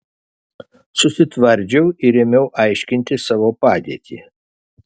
susitvardžiau ir ėmiau aiškinti savo padėtį